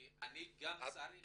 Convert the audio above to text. כי אני גם צריך